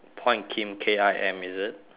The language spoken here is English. paul and kim K I M is it